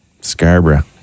Scarborough